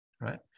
right